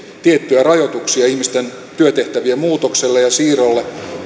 tiettyjä rajoituksia ihmisten työtehtävien muutokselle ja siirrolle